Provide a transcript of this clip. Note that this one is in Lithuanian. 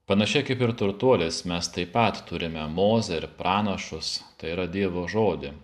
panašiai kaip ir turtuolis mes taip pat turime mozę ir pranašus tai yra dievo žodį